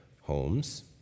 homes